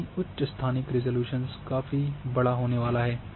वहीं उच्च स्थानिक रिज़ॉल्यूशन काफ़ी बड़ा होने वाला है